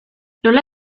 nola